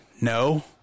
No